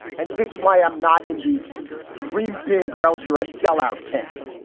and this is why i'm not in the dream big girls. you're a sellout camp.